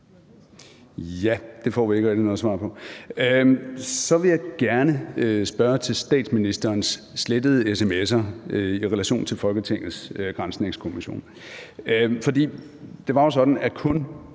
Ja – det får vi ikke rigtig noget svar på. Så vil jeg gerne spørge til statsministerens slettede sms'er i relation til Folketingets granskningskommission.